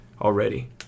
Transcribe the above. already